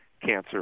Cancer